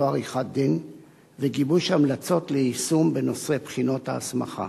עריכת-דין וגיבוש המלצות ליישום בנושא בחינות ההסמכה.